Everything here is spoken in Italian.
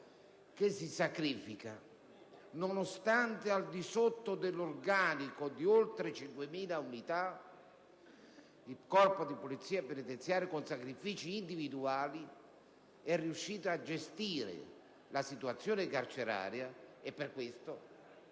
che si sacrifica. Nonostante sia al di sotto dell'organico di oltre 5.000 unità, il Corpo di polizia penitenziaria, con sacrifici individuali, è riuscito a gestire la situazione carceraria. Per questo,